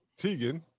Teigen